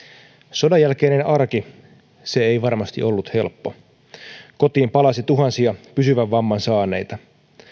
sodan jälkeinen arki ei varmasti ollut helppo kotiin palasi tuhansia pysyvän vamman saaneita